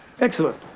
Excellent